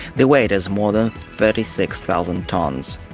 the weight is more than thirty six thousand tonnes.